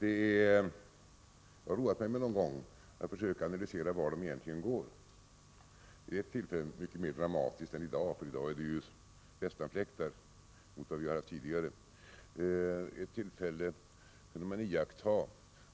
Jag har roat mig med att försöka analysera var skiljelinjerna egentligen går. Vid ett tillfälle — ett tillfälle som var mycket mer dramatiskt än det är i dag, då ju debatten är en västanfläkt i jämförelse med vad vi tidigare har varit med om — kunde man iaktta